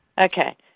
Okay